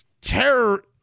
terror